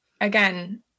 again